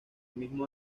mismo